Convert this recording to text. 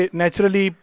naturally